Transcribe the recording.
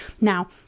Now